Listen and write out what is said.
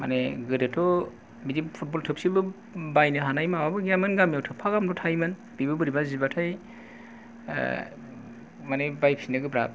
माने गोदोथ' बिदि फुटबल थोबसेबो बायनो हानाय माबाबो गैयामोन गामियाव थोबफा गाहामल' थायोमोन बेबो बोरैबा जिबाथाय माने बायफिननो गोब्राब